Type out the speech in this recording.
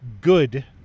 good